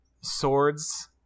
swords